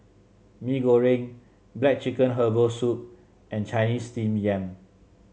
Mee Goreng black chicken Herbal Soup and Chinese Steamed Yam